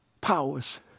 powers